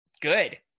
good